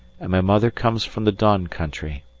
and my mother comes from the don country.